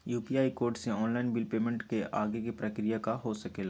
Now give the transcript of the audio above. UPI code से online bill payment के आगे के प्रक्रिया का हो सके ला?